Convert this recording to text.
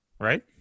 Right